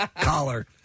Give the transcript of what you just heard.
collar